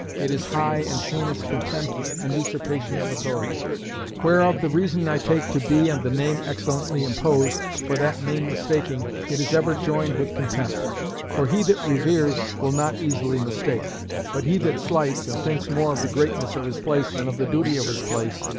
it is high and heinous contempt and usurpation of authority whereof the reason i take to be and the name excellently imposed, for that main mistaking, it is ever joined with contempt for he that reveres will not easily mistake but he that slights, and thinks more of the greatness of his place than of the duty of his place,